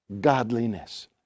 godliness